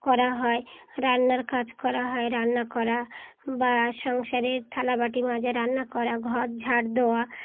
করা হয় রান্নার কাজ করা হয় রান্না করা বা সংসারের থালা বাাটি মাঝে রান্না করা ঘর ঝাড় দেওয়া